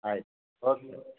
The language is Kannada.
ಆಯ್ತು ಓಕೆ